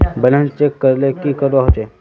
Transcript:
Balance check करले की करवा होचे?